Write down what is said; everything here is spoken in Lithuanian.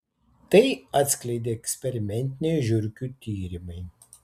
tai atskleidė eksperimentiniai žiurkių tyrimai